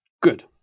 good